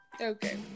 Okay